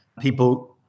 people